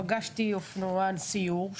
פגשתי אופנוען סיור,